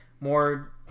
more